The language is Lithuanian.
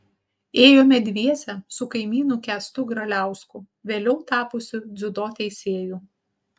ėjome dviese su kaimynu kęstu graliausku vėliau tapusiu dziudo teisėju